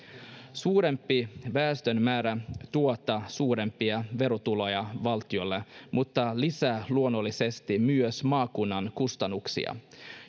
suurempi väestömäärä tuottaa suurempia verotuloja valtiolle mutta lisää luonnollisesti myös maakunnan kustannuksia